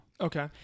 okay